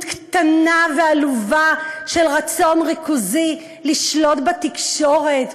קטנה ועלובה של רצון ריכוזי לשלוט בתקשורת,